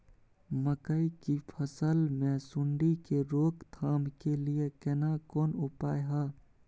मकई की फसल मे सुंडी के रोक थाम के लिये केना कोन उपाय हय?